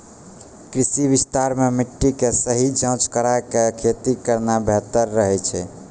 कृषि विस्तार मॅ मिट्टी के सही जांच कराय क खेती करना बेहतर रहै छै